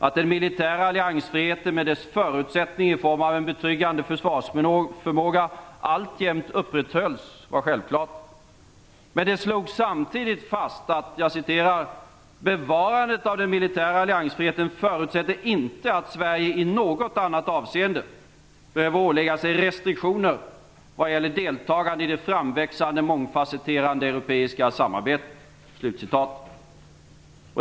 Att den militära alliansfriheten med dess förutsättning i form av en betryggande försvarsförmåga alltjämt upprätthölls var självklart. Men det slogs samtidigt fast att bevarandet av den militära alliansfriheten inte förutsätter att Sverige i något annat avseende behöver ålägga sig restriktioner vad gäller deltagande i det framväxande mångfasetterade europeiska samarbetet.